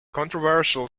controversial